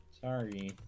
Sorry